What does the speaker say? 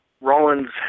Rollins